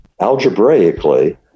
algebraically